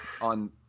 On